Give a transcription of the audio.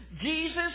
Jesus